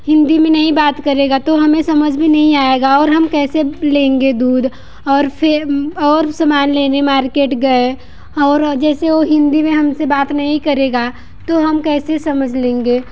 हिंदी में नहीं बात करेगा तो हमें समझ भी नहीं आएगा और हम कैसे लेंगे दूध और फिर और सामान लेने मार्केट गए और जैसे ओ हिंदी में हमसे बात नहीं करेगा तो हम कैसे समझ लेंगे